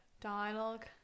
Dialogue